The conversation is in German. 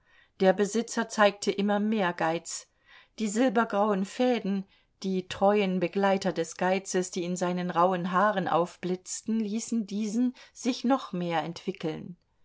der besitzer zeigte immer mehr geiz die silbergrauen fäden die treuen begleiter des geizes die in seinen rauhen haaren aufblitzten ließen diesen sich noch mehr entwickeln